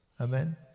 amen